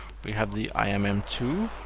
we have the i m m two,